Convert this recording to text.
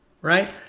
right